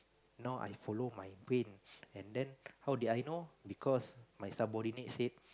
now I follow my brain and then how did I know because my subordinate said